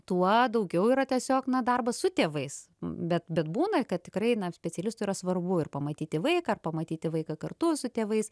tuo daugiau yra tiesiog na darbas su tėvais bet bet būna kad tikrai ne specialistui yra svarbu ir pamatyti vaiką pamatyti vaiką kartu su tėvais